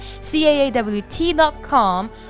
caawt.com